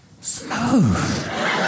smooth